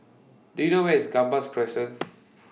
Do YOU know Where IS Gambas Crescent